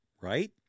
right